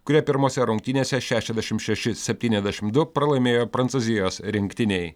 kurie pirmose rungtynėse šešiasdešim šeši septyniasdešim du pralaimėjo prancūzijos rinktinei